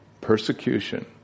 Persecution